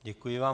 Děkuji vám.